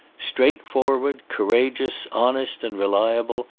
straightfor ward, courageous, honest, and reliable,